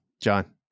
John